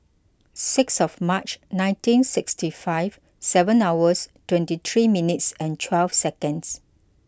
six of March nineteen sixty five seven hours twenty three minutes and twelve seconds